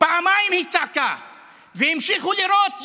פעמיים היא צעקה, והמשיכו לירות.